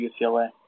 UCLA